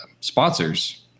sponsors